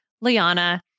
Liana